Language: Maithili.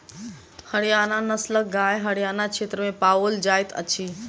हरयाणा नस्लक गाय हरयाण क्षेत्र में पाओल जाइत अछि